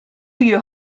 you